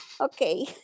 Okay